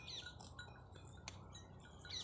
ಹತ್ತಿ ಹೆಚ್ಚ ಬೆಳೆಯುವ ಬೇಜ ಯಾವುದು?